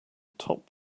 topped